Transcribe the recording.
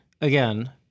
again